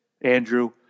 Andrew